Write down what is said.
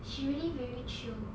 she really very chio